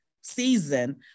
season